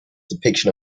depiction